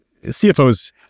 CFOs